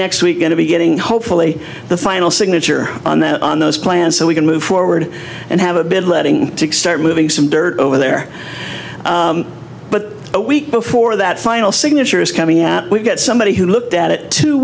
next week going to be getting hopefully the final signature on that on those plans so we can move forward and have a bit of letting to start moving some dirt over there but a week before that final signature is coming out we've got somebody who looked at it two